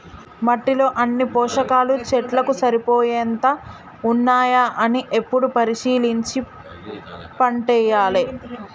మట్టిలో అన్ని పోషకాలు చెట్లకు సరిపోయేంత ఉన్నాయా అని ఎప్పుడు పరిశీలించి పంటేయాలే